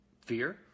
Fear